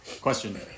Question